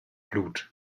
blut